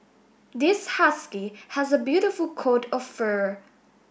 this husky has a beautiful coat of fur